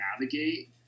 navigate